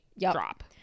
drop